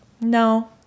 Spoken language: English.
No